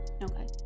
Okay